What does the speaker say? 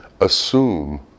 assume